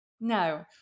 no